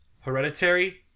Hereditary